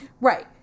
right